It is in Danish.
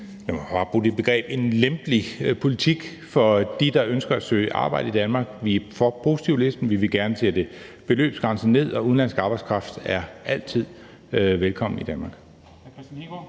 en – apropos det begreb – lempelig politik i forhold til dem, der ønsker at søge arbejde i Danmark. Vi er for positivlisten. Vi vil gerne sætte beløbsgrænsen ned, og udenlandsk arbejdskraft er altid velkommen i Danmark.